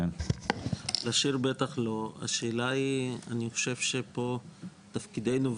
אני חושב שפה תפקידנו,